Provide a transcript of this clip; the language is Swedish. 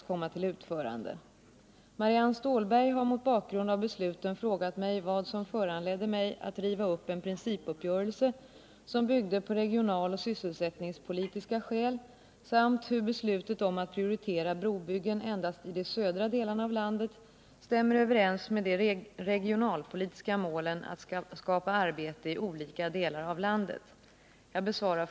Genom att lägga beställningar på varven skulle man skapa underlag för alternativ produktion. Hänsyn skall tas till sysselsättningen inom vissa områden. Departementet tog fram ett ”paket” på fyra broar. En av dem var Sannsundsbron. I februari i år uppdrog regeringen åt vägverket att upphandla de fyra vägbroarna.